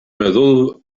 meddwl